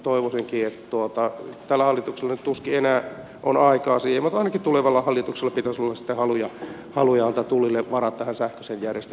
toivoisinkin että tällä hallituksella nyt tuskin enää on aikaa siihen ainakin tulevalla hallituksella pitää suusta valuja alueelta tulisi varata saa sen vierestä